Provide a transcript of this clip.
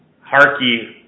Harky